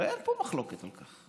הרי אין פה מחלוקת על כך,